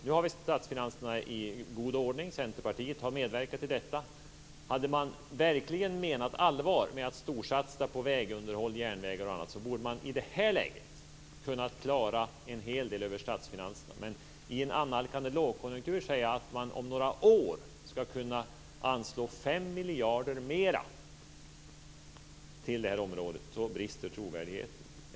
Nu har vi statsfinanserna i god ordning. Centerpartiet har medverkat till detta. Hade man verkligen menat allvar med att storsatsa på vägunderhåll, järnvägar och annat borde man i detta läge kunnat klara en hel del över statsfinanserna. Men om man inför en annalkande lågkonjunktur säger att man ska anslå 5 miljarder mer till detta område om några år brister trovärdigheten.